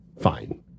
fine